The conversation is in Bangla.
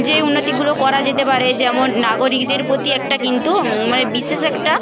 যে উন্নতিগুলো করা যেতে পারে যেমন নাগরিকদের প্রতি একটা কিন্তু মানে বিশেষ একটা